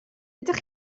ydych